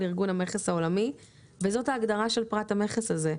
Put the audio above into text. על ארגון המכס העולמי וזאת ההגדרה של פרט המכס הזה.